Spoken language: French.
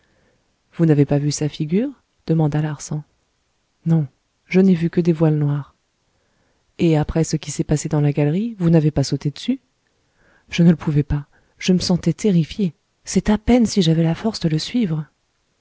vous n'avez pas vu sa figure demanda larsan non je n'ai vu que des voiles noirs et après ce qui s'est passé dans la galerie vous n'avez pas sauté dessus je ne le pouvais pas je me sentais terrifié c'est à peine si j'avais la force de le suivre